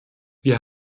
wir